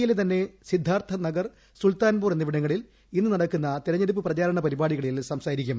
യിലെ തന്നെ സിദ്ദാർത്ഥനഗർ സുൽത്താൻപൂർ എന്നിവിടങ്ങളിൽ ഇന്ന് നടക്കുന്ന തിരഞ്ഞെടുപ്പ് പ്രചാരണ പരിപാടികളിൽ സംസാരിക്കും